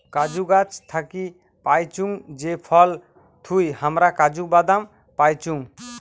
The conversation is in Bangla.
কাজু গাছ থাকি পাইচুঙ যে ফল থুই হামরা কাজু বাদাম পাইচুং